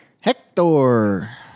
Hector